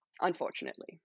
unfortunately